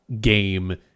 game